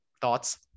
Thoughts